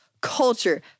culture